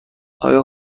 آیا